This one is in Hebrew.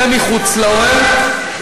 זה מחוץ לאוהל,